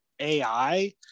AI